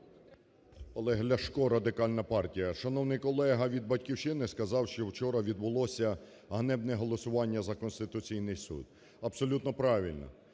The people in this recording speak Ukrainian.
Олег Ляшко, Радикальна партія. Шановний колега від "Батьківщини" сказав, що вчора відбулось ганебне голосування за Конституційний Суд. Абсолютно правильно.